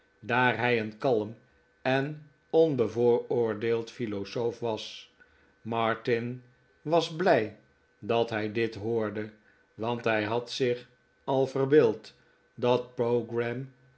daar hij een kalm en onbevooroordeeld philosaof was martin was blij dat hij dit hoorde want hij had zich al verbeeld dat pogram